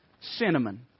cinnamon